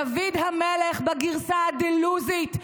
דוד המלך בגרסה הדלוזית,